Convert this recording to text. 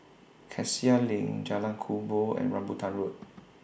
Cassia LINK Jalan Kubor and Rambutan Road